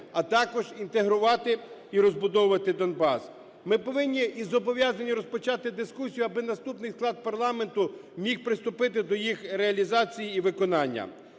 а також інтегрувати і розбудовувати Донбас. Ми повинні і зобов'язані розпочати дискусію, аби наступний склад парламенту міг приступити до їх реалізації і виконання.